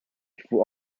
full